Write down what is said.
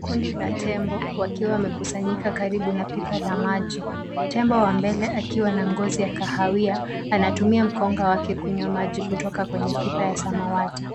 Kundi la tembo wakiwa wamekusanyika karibu na pipa la maji tembo wa mbele akiwa na ngozi ya kahawia anatumia mkonga wake kunywa maji kutoka kwenye pipa ya samawati